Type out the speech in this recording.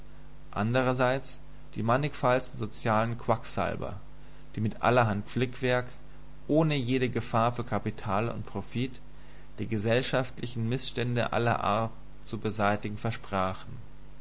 andererseits die mannigfaltigsten sozialen quacksalber die mit allerhand flickwerk ohne jede gefahr für kapital und profit die gesellschaftlichen mißstände aller art zu beseitigen versprachen